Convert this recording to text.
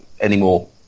anymore